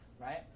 right